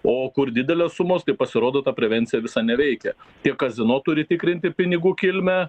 o kur didelės sumos tai pasirodo ta prevencija visai neveikia tiek kazino turi tikrinti pinigų kilmę